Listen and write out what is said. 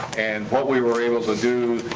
and what we were able to do,